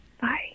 Bye